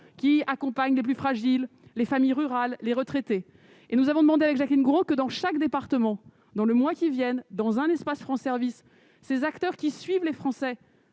qui accompagnent les plus fragiles, les familles rurales, les retraités et nous avons demandé avec Jacqueline Gourault que dans chaque département, dans le mois qui viennent, dans un espace France service ces acteurs qui suivent les Français